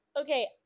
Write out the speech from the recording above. Okay